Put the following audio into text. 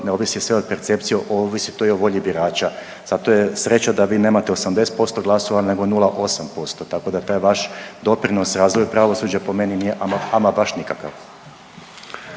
ne ovisi sve o percepciji, ovisi to i o volji birača. Zato je sreća da vi nemate 80% glasova nego 0,8%, tako da taj vaš doprinos razvoju pravosuđa po meni nije ama, ama baš nikakav.